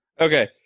Okay